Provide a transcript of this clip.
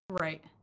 Right